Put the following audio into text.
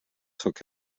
took